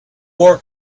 war